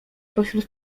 pośród